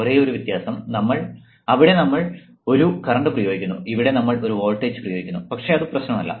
ഒരേയൊരു വ്യത്യാസം അവിടെ നമ്മൾ ഒരു കറന്റ് പ്രയോഗിക്കുന്നു ഇവിടെ നമ്മൾ ഒരു വോൾട്ടേജ് പ്രയോഗിക്കുന്നു പക്ഷേ അത് പ്രശ്നമല്ല